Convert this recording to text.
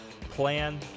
Plan